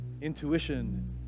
intuition